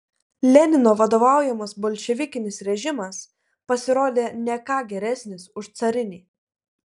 lenino vadovaujamas bolševikinis režimas pasirodė ne ką geresnis už carinį